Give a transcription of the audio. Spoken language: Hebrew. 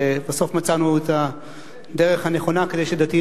שבסוף מצאנו את הדרך הנכונה כדי שדתיים